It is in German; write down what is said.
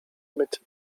mit